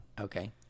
Okay